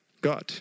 God